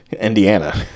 Indiana